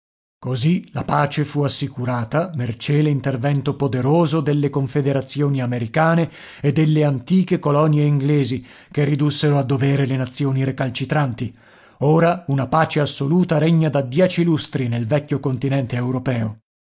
così la pace fu assicurata mercé l'intervento poderoso delle confederazioni americane e delle antiche colonie inglesi che ridussero a dovere le nazioni recalcitranti ora una pace assoluta regna da dieci lustri nel vecchio continente europeo